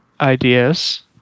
...ideas